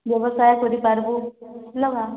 ବ୍ୟବସାୟ କରିପାରିବୁ ଲଗା